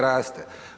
Raste.